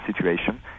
situation